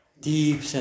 Deep